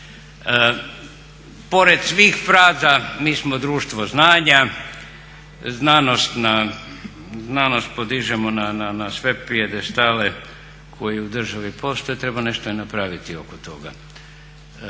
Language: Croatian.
Pored svih fraza mi smo društvo znanja, znanost podižemo na sve pijedestale koji u državi postoje i treba nešto i napraviti oko toga